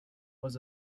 was